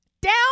down